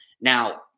Now